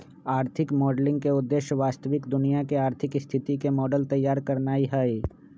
आर्थिक मॉडलिंग के उद्देश्य वास्तविक दुनिया के आर्थिक स्थिति के मॉडल तइयार करनाइ हइ